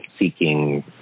seeking